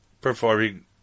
performing